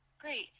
Great